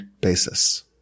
basis